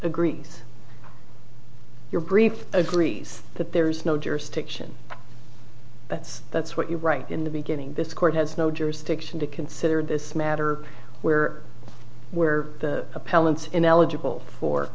agree your grief agrees that there is no jurisdiction that's that's what you write in the beginning this court has no jurisdiction to consider this matter where where the appellant ineligible for